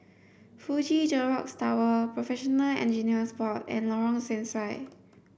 Fuji Xerox Tower Professional Engineers Board and Lorong Sesuai